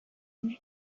honek